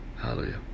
Hallelujah